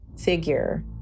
figure